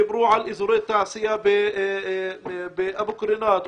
אז דיברו על אזורי תעשייה באבו קרינאת,